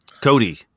Cody